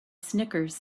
snickers